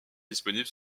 disponible